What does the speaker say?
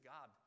God